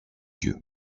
yeux